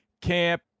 camp